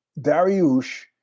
dariush